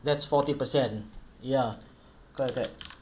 that's forty percent ya correct correct